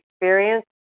experience